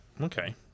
Okay